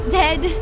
dead